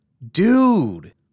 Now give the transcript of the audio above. Dude